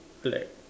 black